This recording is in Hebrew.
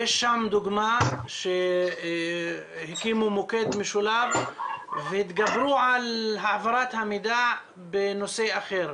יש שם דוגמה שהקימו מוקד משולב והתגברו על העברת המידע בנושא אחר,